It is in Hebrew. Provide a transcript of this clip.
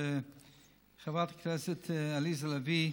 חברת הכנסת עליזה לביא,